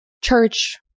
church